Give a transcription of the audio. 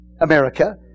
America